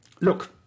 look